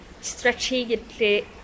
strategically